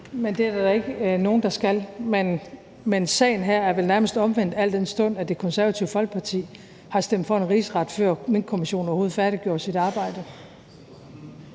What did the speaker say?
Det er der da ikke nogen der skal. Men sagen her er vel nærmest omvendt, al den stund at Det Konservative Folkeparti stemte for en rigsretssag, før Minkkommission overhovedet færdiggjorde sit arbejde.